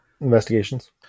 Investigations